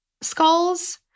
skulls